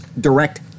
direct